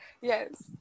Yes